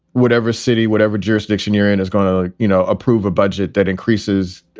whatever city, whatever jurisdiction hearing is going to, you know, approve a budget that increases,